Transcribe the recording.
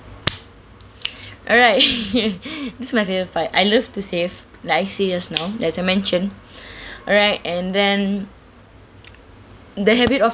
alright this is my favourite part I love to save like I say just now as I mentioned alright and then the habit of